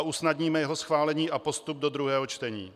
Usnadníme jeho schválení a postup do druhého čtení.